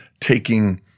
taking